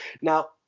now